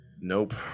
Nope